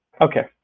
Okay